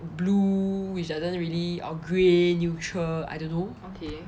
blue which I didn't really or grey neutral I don't know okay